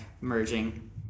merging